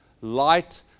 light